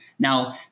Now